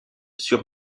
sur